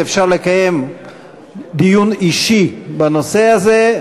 אפשר לקיים דיון אישי בנושא הזה.